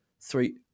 Three